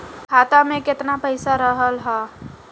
खाता में केतना पइसा रहल ह?